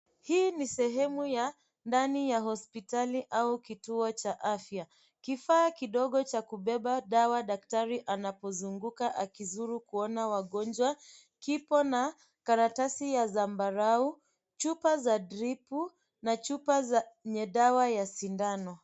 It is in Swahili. Hii ni sehemu ya ndani ya hospitali au kituo cha afya. Kifaa kidogo cha kubeba dawa daktari anapozunguka akizuru kuona wagonjwa. Kipo na karatasi ya zambarau chupa za dripu na chupa zenye dawa ya sindano.